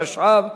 התשע"ב 2011,